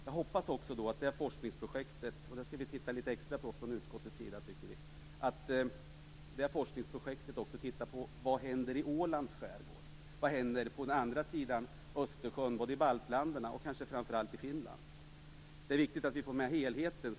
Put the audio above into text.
Jag hoppas att det forskningsprojektet - och det skall vi från utskottet titta litet extra på - också undersöker vad som händer i Ålands skärgård och vad som händer på andra sidan Östersjön i baltländerna och framför allt i Finland. Det är viktigt att man ser till helheten.